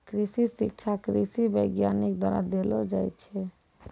कृषि शिक्षा कृषि वैज्ञानिक द्वारा देलो जाय छै